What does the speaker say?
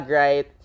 right